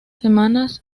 semanas